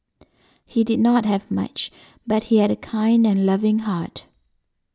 he did not have much but he had a kind and loving heart